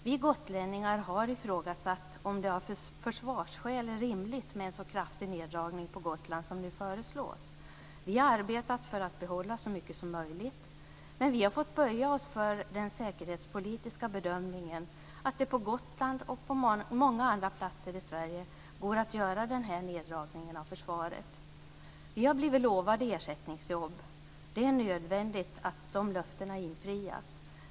Vi gotlänningar har ifrågasatt om det av försvarsskäl är rimligt med en så kraftig neddragning på Gotland som nu föreslås. Vi har arbetat för att behålla så mycket som möjligt. Men vi har fått böja oss för den säkerhetspolitiska bedömningen att det på Gotland och på många andra platser i Sverige går att göra den här neddragningen av försvaret. Vi har blivit lovade ersättningsjobb. Det är nödvändigt att de löftena infrias.